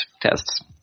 tests